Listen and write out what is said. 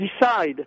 decide